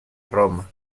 roma